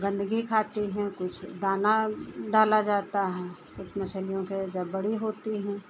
गन्दगी खाती हैं कुछ दाना डाला जाता है कुछ मछलियों को जब बड़ी होती हैं